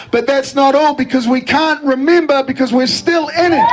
but that's not all because we can't remember because we are still in it.